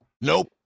Nope